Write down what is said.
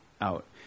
out